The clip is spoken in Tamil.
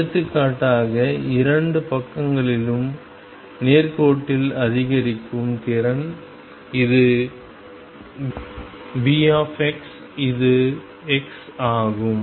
எடுத்துக்காட்டாக இரண்டு பக்கங்களிலும் நேர்கோட்டில் அதிகரிக்கும் திறன் இது V இது x ஆகும்